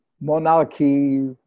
monarchy